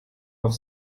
auf